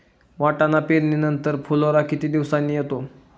वाटाणा पेरणी नंतर फुलोरा किती दिवसांनी येतो?